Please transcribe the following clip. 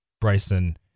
bryson